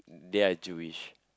they are Jewish